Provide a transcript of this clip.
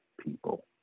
people